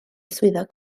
swyddog